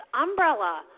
umbrella